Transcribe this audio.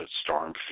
Storm